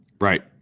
Right